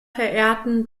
verehrten